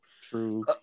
True